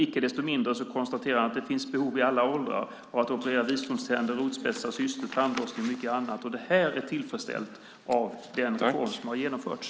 Icke desto mindre konstaterar han att det finns behov i alla åldrar av att operera visdomständer, rotspetsar, cystor, tandlossning och mycket annat, och det är tillfredsställt av den reform som har genomförts.